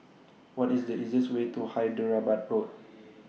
What IS The easiest Way to Hyderabad Road